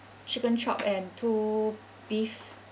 chicken chop and two beef